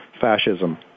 fascism